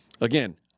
Again